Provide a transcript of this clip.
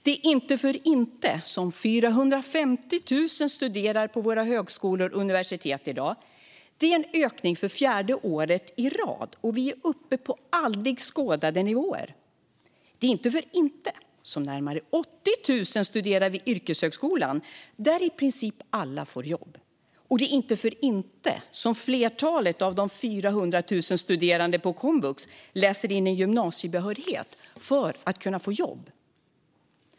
Det är inte för inte som 450 000 studerar på våra högskolor och universitet i dag. Det är en ökning för fjärde året i rad, och vi är uppe på aldrig tidigare skådade nivåer. Det är inte för inte som närmare 80 000 studerar vid yrkeshögskolan, där i princip alla får jobb. Och det är inte för inte som flertalet av de 400 000 studerande på komvux läser in en gymnasiebehörighet för att kunna få jobb.